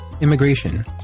Immigration